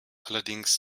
allerdings